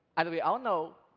as we all know,